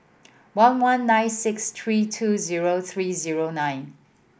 one one nine six three two zero three zero nine